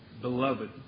Beloved